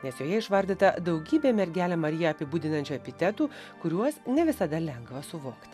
nes joje išvardyta daugybė mergelę marija apibūdinančių epitetų kuriuos ne visada lengva suvok